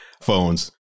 phones